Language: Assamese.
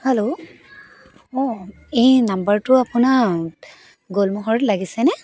হেল্ল' অঁ এই নাম্বাৰটো আপোনাৰ গোলমোহৰত লাগিছে নে